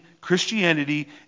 Christianity